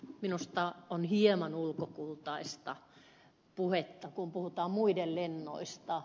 minusta on hieman ulkokultaista puhetta kun puhutaan muiden lennoista